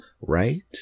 right